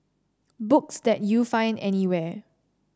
books that you find anywhere